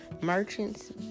merchants